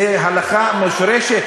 זו הלכה מושרשת,